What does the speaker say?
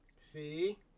See